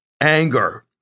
anger